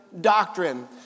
doctrine